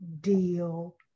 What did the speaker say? deal